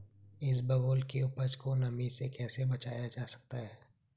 इसबगोल की उपज को नमी से कैसे बचाया जा सकता है?